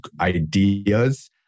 ideas